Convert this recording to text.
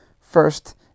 First